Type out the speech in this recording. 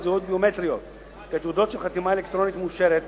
זהות ביומטריות כתעודות של חתימה אלקטרונית מאושרת.